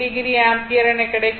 3o ampere எனக் கிடைக்கும்